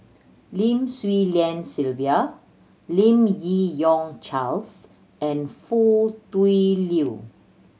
Lim Swee Lian Sylvia Lim Yi Yong Charles and Foo Tui Liew